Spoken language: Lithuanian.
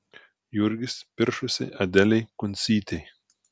jurgis piršosi adelei kuncytei